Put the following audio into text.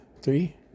three